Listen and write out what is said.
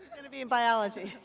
to be in biology.